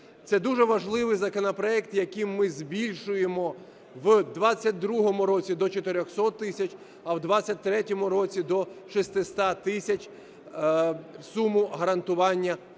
Це дуже важливий законопроект, яким ми збільшуємо в 22-му році до 400 тисяч, а в 23-му році – до 600 тисяч суму гарантування